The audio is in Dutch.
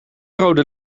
rode